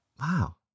wow